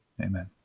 Amen